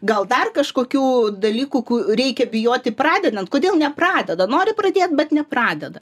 gal dar kažkokių dalykų ku reikia bijoti pradedant kodėl nepradeda nori pradėt bet nepradeda